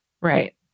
Right